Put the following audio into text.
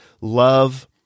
love